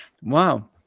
wow